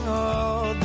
old